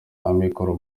amikoro